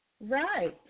Right